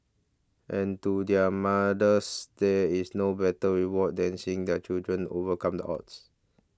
and to their mothers there is no better reward than seeing their children overcome the odds